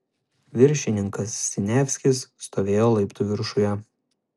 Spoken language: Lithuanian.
viršininkas siniavskis stovėjo laiptų viršuje